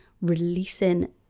releasing